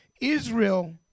Israel